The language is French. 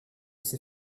ces